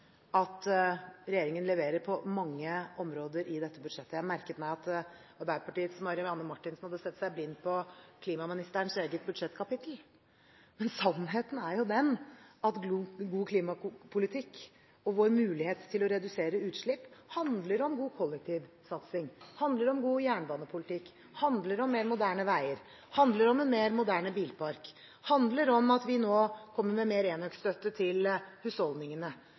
merket meg at Arbeiderpartiets Marianne Marthinsen hadde sett seg blind på klimaministerens eget budsjettkapittel, men sannheten er den at god klimapolitikk og vår mulighet til å redusere utslipp handler om god kollektivsatsing, handler om god jernbanepolitikk, handler om mer moderne veier, handler om en mer moderne bilpark og handler om at vi nå kommer med mer enhetsstøtte til husholdningene.